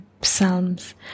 psalms